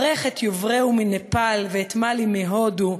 ברך את יובראז מנפאל ואת מאלי מהודו,